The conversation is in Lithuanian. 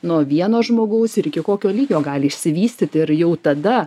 nuo vieno žmogaus ir iki kokio lygio gali išsivystyti ir jau tada